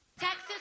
Texas